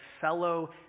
fellow